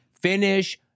Finish